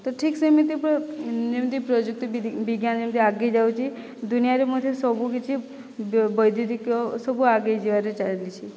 ତ ଠିକ ସେମିତି ପୁରା ଯେମିତି ପ୍ରଯୁକ୍ତି ବିଜ୍ଞାନ ଯେମିତି ଆଗେଇ ଯାଉଚି ଦୁନିଆରେ ମଧ୍ୟ ସବୁକିଛି ବୈଦୁତିକ ସବୁ ଆଗେଇ ଯିବାରେ ଚାଲିଛି